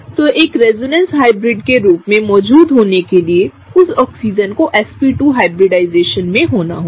तोएक resonance hybrid केरूप में मौजूद होने के लिए उस ऑक्सीजन को sp2 हाइब्रिडाइजेशन में होना होगा